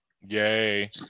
Yay